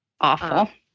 Awful